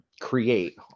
create